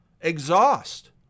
exhaust